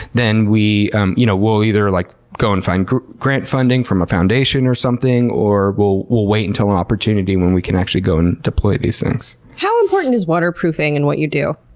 then um you know we'll either like go and find grant funding from a foundation or something, or we'll we'll wait until an opportunity when we can actually go and deploy these things. how important is waterproofing in what you do?